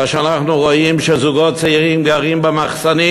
כאשר אנחנו רואים שזוגות צעירים גרים במחסנים,